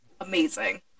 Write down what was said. amazing